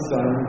Son